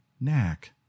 knack